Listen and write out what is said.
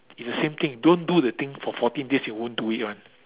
it's the same thing don't do the thing for fourteen days you won't do it one